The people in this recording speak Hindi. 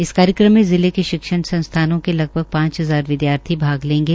इस कार्यक्रम में जिले के शिक्षण संस्थानों के लगभग पांच हजार विदयार्थी भाग लेंगे